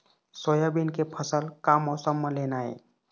Soybean के फसल का मौसम म लेना ये?